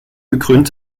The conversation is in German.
gekrönt